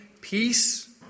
peace